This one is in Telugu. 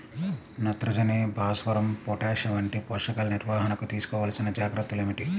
నత్రజని, భాస్వరం, పొటాష్ వంటి పోషకాల నిర్వహణకు తీసుకోవలసిన జాగ్రత్తలు ఏమిటీ?